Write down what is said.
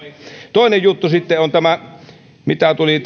toinen juttu sitten on tämä mitä tuli